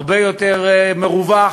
הרבה יותר מרווח,